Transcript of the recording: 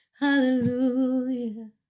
hallelujah